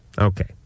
Okay